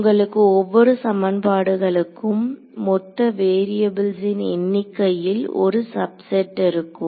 உங்களுக்கு ஒவ்வொரு சமன்பாடுகளுக்கும் மொத்த வேரியபுள்ஸ்ன் எண்ணிக்கையில் ஒரு சப்செட் இருக்கும்